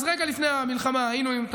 אז רגע לפני המלחמה היינו עם,